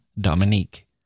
Dominique